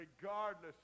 regardless